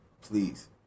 please